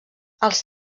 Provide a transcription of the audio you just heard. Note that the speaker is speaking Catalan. els